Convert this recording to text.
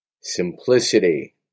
Simplicity